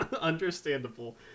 Understandable